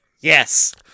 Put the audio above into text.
Yes